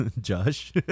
Josh